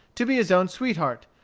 to be his own sweetheart,